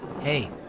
Hey